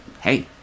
hey